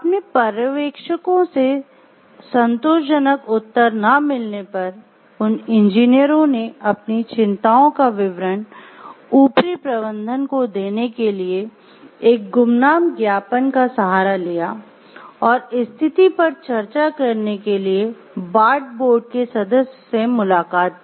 अपने पर्यवेक्षकों से संतोषजनक उत्तर न मिलने पर उन इंजीनियरों ने अपनी चिंताओं का विवरण ऊपरी प्रबंधन को देने के लिए एक गुमनाम ज्ञापन का सहारा लिया और स्थिति पर चर्चा करने के लिए बार्ट बोर्ड के सदस्य से मुलाकात की